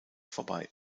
vorbei